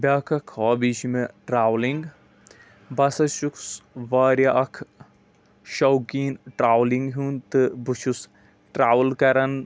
بیٛاکھ اَکھ ہابی چھِ مےٚ ٹرٛاولِنٛگ بہٕ ہَسا چھُس واریاہ اَکھ شَوقیٖن ٹرٛاولِنٛگ ہُنٛد تہٕ بہٕ چھُس ٹرٛاوٕل کَران